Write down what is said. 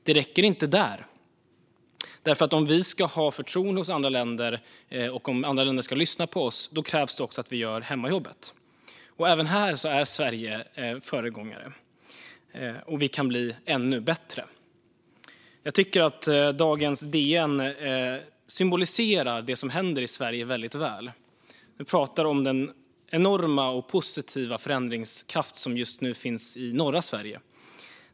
Det räcker dock inte, för om andra länder ska ha förtroende för oss och lyssna på oss krävs det också att vi gör hemmajobbet. Även här är Sverige föregångare, och vi kan bli ännu bättre. Jag tycker att dagens DN symboliserar det som händer i Sverige väldigt väl. Man pratar om den enorma och positiva förändringskraft som just nu finns i norra Sverige.